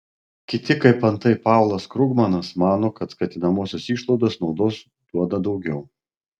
kiti kaip antai paulas krugmanas mano kad skatinamosios išlaidos naudos duoda daugiau